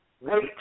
wait